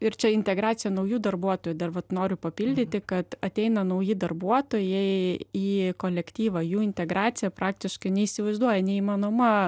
ir čia integracija naujų darbuotojų dar vat noriu papildyti kad ateina nauji darbuotojai į kolektyvą jų integracija praktiškai neįsivaizduoja neįmanoma